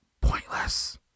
Pointless